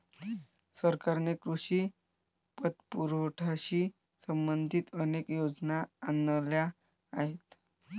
सरकारने कृषी पतपुरवठ्याशी संबंधित अनेक योजना आणल्या आहेत